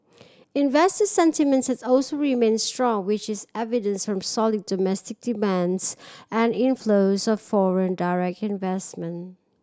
investor sentiment has also remained strong which is evident from solid domestic demands and inflows of foreign direct investment